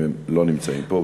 אם הם לא נמצאים פה.